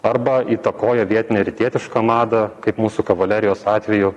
arba įtakoja vietinę rytietišką madą kaip mūsų kavalerijos atveju